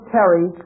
Terry